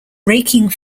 raking